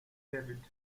david